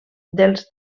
dels